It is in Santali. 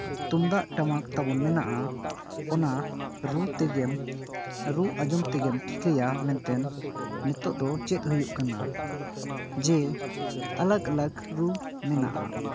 ᱛᱩᱢᱫᱟᱜ ᱴᱟᱢᱟᱠ ᱛᱟᱵᱚᱱ ᱢᱮᱱᱟᱜᱼᱟ ᱚᱱᱟ ᱨᱩ ᱛᱮᱜᱮᱢ ᱨᱩ ᱟᱸᱡᱚᱢ ᱛᱮᱜᱮᱢ ᱴᱷᱤᱠᱟᱹᱭᱟ ᱢᱮᱱᱛᱮᱢ ᱱᱤᱛᱳᱜ ᱫᱚ ᱪᱮᱫ ᱦᱩᱭᱩᱜ ᱠᱟᱱᱟ ᱡᱮ ᱟᱞᱟᱜᱽᱼᱟᱞᱟᱜᱽ ᱨᱩ ᱢᱮᱱᱟᱜᱼᱟ